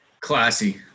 Classy